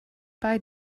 bei